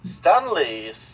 Stanley's